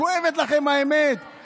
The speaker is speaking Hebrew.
כואבת לכם האמת.